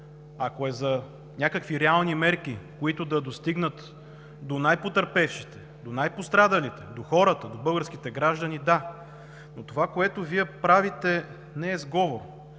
Ако е за някакви реални мерки, които да достигнат до най-потърпевшите, до най-пострадалите, до хората, до българските граждани – да, но това, което Вие правите, не е сговор,